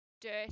dirty